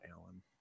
Alan